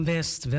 West